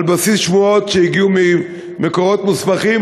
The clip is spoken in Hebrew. על בסיס שמועות שהגיעו ממקורות מוסמכים,